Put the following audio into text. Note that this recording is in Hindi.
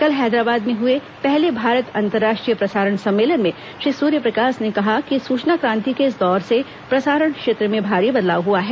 कल हैदराबाद में हुए पहले भारत अंतर्राष्ट्रीय प्रसारण सम्मेलन में श्री सूर्यप्रकाश ने कहा कि सूचना क्रांति के इस दौर से प्रसारण क्षेत्र में भारी बदलाव हुआ है